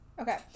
Okay